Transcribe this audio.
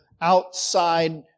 outside